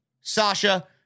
Sasha